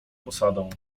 posadą